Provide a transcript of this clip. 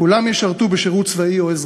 כולם ישרתו בשירות צבאי או אזרחי.